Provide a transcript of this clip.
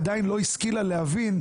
עדיין לא השכילה להבין,